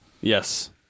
Yes